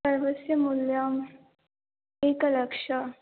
एतस्य मूल्यम् एकलक्षम्